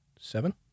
seven